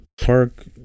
park